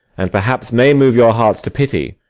and perhaps may move your hearts to pity,